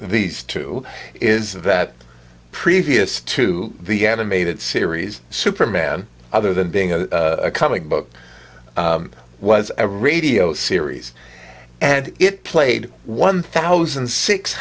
these two is that the previous to the animated series superman other than being a comic book was a radio series and it played one thousand six